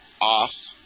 off